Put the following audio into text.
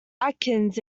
atkins